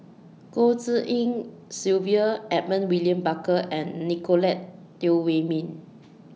Goh Tshin En Sylvia Edmund William Barker and Nicolette Teo Wei Min